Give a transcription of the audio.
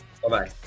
Bye-bye